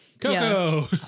Coco